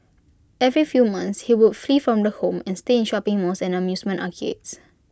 every few months he would flee from the home and stay in shopping malls and amusement arcades